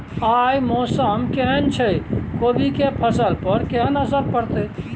आय मौसम केहन छै कोबी के फसल पर केहन असर परतै?